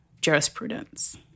jurisprudence